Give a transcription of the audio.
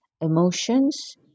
emotions